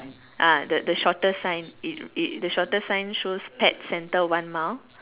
ah the the shorter sign it it the shortest sign shows pet centre one mile